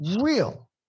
real